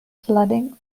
flooding